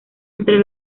entre